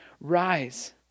rise